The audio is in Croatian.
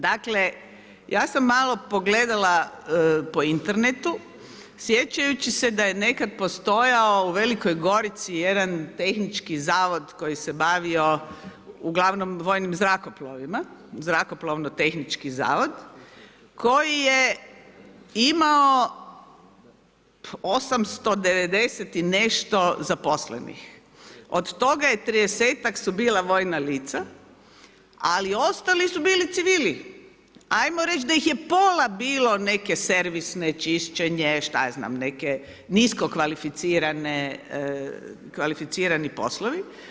Dakle ja sam malo pogledala po internetu, sjećajući se da je nekad postojao u Velikoj Gorici jedan tehnički zavod koji se bavio uglavnom vojnim zrakoplovima, zrakoplovno tehnički zavod koji je imao 890 i nešto zaposlenih, od toga 30ak su bila vojna lica, ali ostali su bili civili, ajmo reć da ih je pola bilo neke servisne čišćenje, šta ja znam, neke niskokvalificirani poslovi.